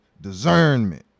discernment